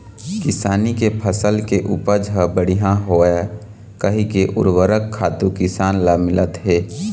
किसानी के फसल के उपज ह बड़िहा होवय कहिके उरवरक खातू किसान ल मिलत हे